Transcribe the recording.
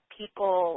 people